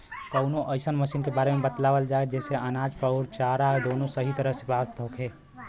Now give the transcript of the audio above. कवनो अइसन मशीन के बारे में बतावल जा जेसे अनाज अउर चारा दोनों सही तरह से प्राप्त होखे?